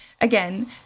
again